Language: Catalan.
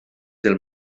del